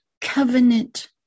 covenant